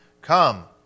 Come